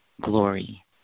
glory